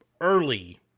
early